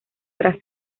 tras